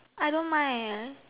I don't mind eh